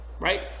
Right